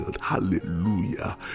hallelujah